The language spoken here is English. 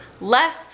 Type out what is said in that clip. less